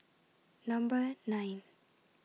Number nine